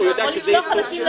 הוא יודע שזה שלו.